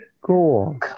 Cool